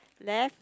left